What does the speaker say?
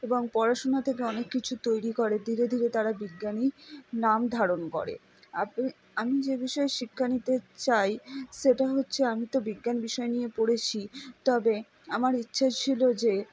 এবং পড়াশোনা থেকে অনেক কিছু তৈরি করে ধীরে ধীরে তারা বিজ্ঞানী নাম ধারণ করে আমি যে বিষয়ে শিক্ষা নিতে চাই সেটা হচ্ছে আমি তো বিজ্ঞান বিষয় নিয়ে পড়েছি তবে আমার ইচ্ছা ছিল যে